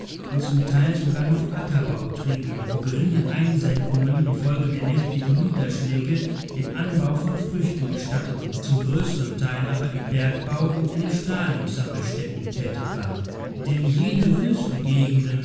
die zum teil sogar noch ackerbau trieben wo geringe einsenkungen infolge der nächtlichen niederschläge den anbau von früchten gestatteten zum größeren teil aber im bergbau und in den strahlungs sammelstätten tätig waren denn jene wüstengegenden